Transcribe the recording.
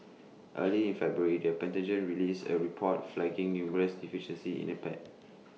early in February the Pentagon released A report flagging numerous deficiencies in the pad